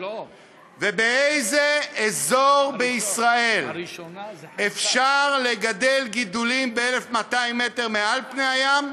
ובאיזה אזור בישראל אפשר לגדל גידולים ב-1,200 מטר מעל פני הים,